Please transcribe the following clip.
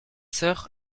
sœurs